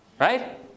right